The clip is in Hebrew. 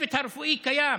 הצוות הרפואי קיים,